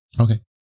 Okay